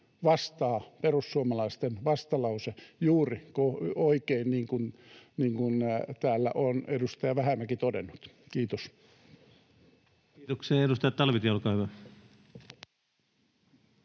vastaa perussuomalaisten vastalause juuri oikein, niin kuin täällä on edustaja Vähämäki todennut. — Kiitos. Kiitoksia. — Edustaja Talvitie, olkaa hyvä.